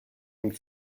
and